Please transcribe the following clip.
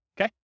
Okay